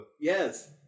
Yes